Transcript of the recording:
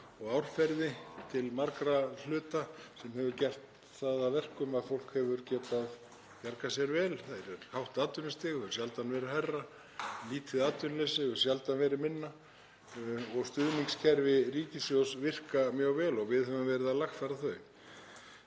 árferði að mörgu leyti sem hefur gert það að verkum að fólk hefur getað bjargað sér vel. Það er hátt atvinnustig og hefur sjaldan verið hærra, lítið atvinnuleysi og hefur sjaldan verið minna og stuðningskerfi ríkissjóðs virka mjög vel og við höfum verið að lagfæra þau.